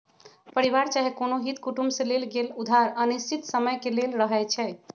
परिवार चाहे कोनो हित कुटुम से लेल गेल उधार अनिश्चित समय के लेल रहै छइ